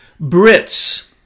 Brits